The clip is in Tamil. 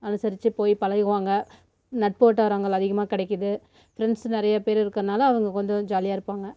அனுசரித்து போய் பழகுவாங்க நட்பு வட்டாரங்கள் அதிகமாக கெடைக்குது ஃப்ரெண்ட்ஸ் நிறைய பேர் இருக்கிறதுனால அவங்க கொஞ்சம் ஜாலியாக இருப்பாங்க